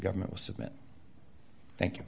government will submit thank you